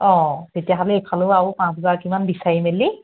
অ তেতিয়াহ'লে এইফালেও আৰু পাঁচগৰাকীমান বিচাৰি মেলি